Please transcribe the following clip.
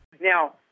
Now